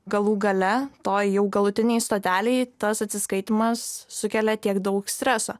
galų gale toj jau galutinėj stotelėj tas atsiskaitymas sukelia tiek daug streso